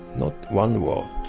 not one word.